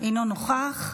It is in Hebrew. אינו נוכח,